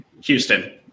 Houston